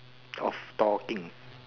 of talking